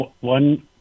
one